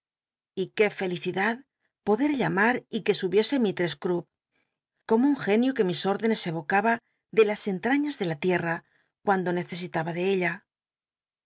y qué felicidad pode llamar y que subiese mistrcss crupp como un genio que mis órdenes evocaba de las entrañas de la tictta n tando necc itaba de ella